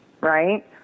Right